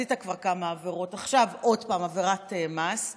עשית כבר כמה עברות ועכשיו עוד פעם עברת עבירת מס.